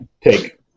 take